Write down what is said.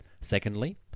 Secondly